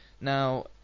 Now